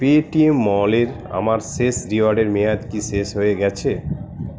Paytm মলের আমার শেষ রিওয়ার্ডের মেয়াদ কি শেষ হয়ে গেছে